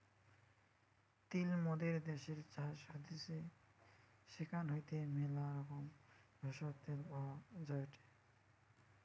তিল মোদের দ্যাশের চাষ হতিছে সেখান হইতে ম্যালা রকমের ভেষজ, তেল পাওয়া যায়টে